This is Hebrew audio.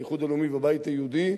האיחוד הלאומי והבית היהודי,